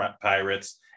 Pirates